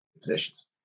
positions